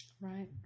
Right